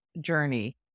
Journey